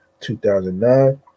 2009